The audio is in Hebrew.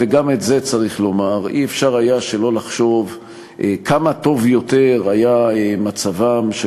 וגם את זה צריך לומר: אי-אפשר שלא לחשוב כמה טוב יותר היה מצבם של